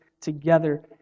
together